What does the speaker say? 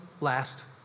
last